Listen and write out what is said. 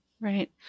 Right